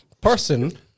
Person